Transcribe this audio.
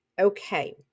okay